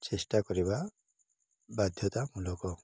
ଚେଷ୍ଟା କରିବା ବାଧ୍ୟତାମୂଲକ